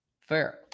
Fair